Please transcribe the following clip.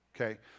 okay